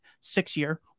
six-year